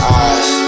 eyes